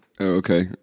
Okay